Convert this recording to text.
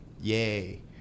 yay